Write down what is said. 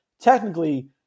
technically